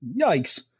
yikes